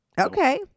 okay